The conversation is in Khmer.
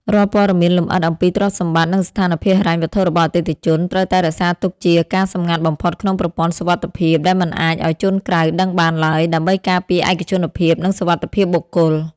រាល់ព័ត៌មានលម្អិតអំពីទ្រព្យសម្បត្តិ និងស្ថានភាពហិរញ្ញវត្ថុរបស់អតិថិជន ត្រូវតែរក្សាទុកជាការសម្ងាត់បំផុតក្នុងប្រព័ន្ធសុវត្ថិភាពដែលមិនអាចឱ្យជនក្រៅដឹងបានឡើយ ដើម្បីការពារឯកជនភាព និងសុវត្ថិភាពបុគ្គល។